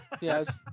Yes